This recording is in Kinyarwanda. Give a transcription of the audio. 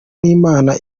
n’imana